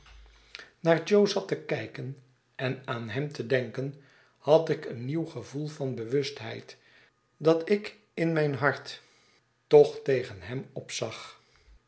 jo zat te kijken en aan hem te denken had ik een nieuw gevoel van de bewustheid dat ik in mijn hart toch tegen hem opzag